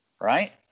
right